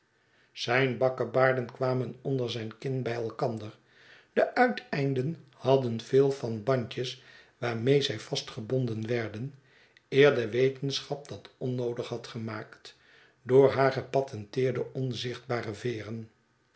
zijn bakkebaarden kwamen onderzijn kin bij elkander de uiteinden hadden veel van bandjes waarmee zij vastgebonden werden eer de wetenschap dat onnoodig had gemaakt door haar gepatenteerde onzichtbare veeren